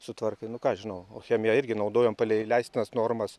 sutvarkai nu ką aš žinau o chemiją irgi naudojom palei leistinas normas